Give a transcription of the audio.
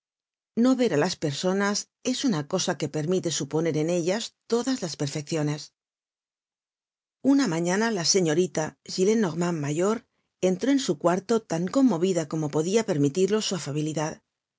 no ver á las personas es una cosa que permite suponer en ellas todas las perfecciones una mañana la señorita gillenormand mayor entró en su cuarto tan conmovida como podia permitirlo su afabilidad